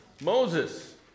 Moses